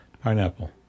pineapple